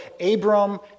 Abram